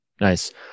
Nice